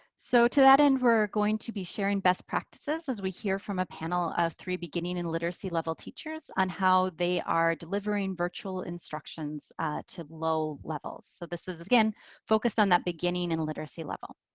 so to that end we're going to be sharing best practices as we hear from a panel of three beginning and literacy level teachers on how they are delivering virtual instructions to low level. so this is again focused on that beginning in literacy level.